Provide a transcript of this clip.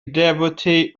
devotee